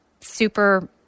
super